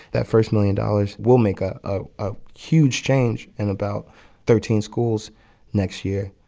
that first million dollars will make ah ah a huge change in about thirteen schools next year,